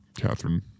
Catherine